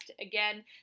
Again